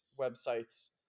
websites